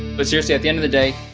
but seriously at the end of the day